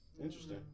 Interesting